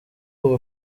ubu